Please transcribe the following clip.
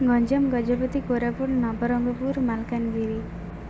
Ganjam Gajapati Koraput Nabarangpur Malkangiri